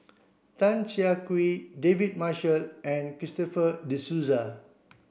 Tan Siah Kwee David Marshall and Christopher De Souza